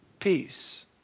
peace